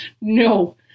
no